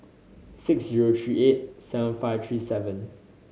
six zero three eight seven five three seven